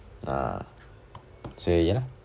所以 ya lor